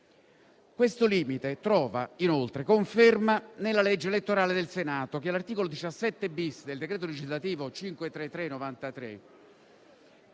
Questo limite trova inoltre conferma nella legge elettorale del Senato, che all'articolo 17-*bis* del decreto legislativo n.